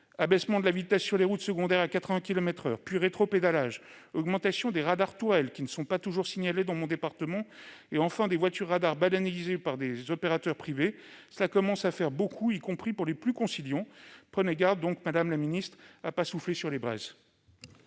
Abaissement de la vitesse sur les routes secondaires à 80 kilomètres par heure, puis rétropédalage, augmentation des radars tourelles, qui ne sont pas toujours signalés dans mon département, et, enfin, voitures radars banalisées par des opérateurs privés. Cela commence à faire beaucoup, y compris pour les plus conciliants ! Prenez garde, madame la ministre, à ne pas souffler sur les braises.